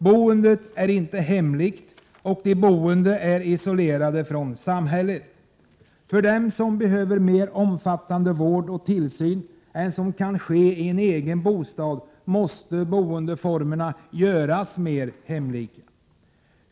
Boendet är inte hemlikt, och de boende är isolerade från samhället. För dem som behöver mer omfattande vård och tillsyn än vad som kan ges i en egen bostad måste boendeformerna göras mer hemlika.